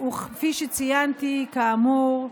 כפי שציינתי, כאמור,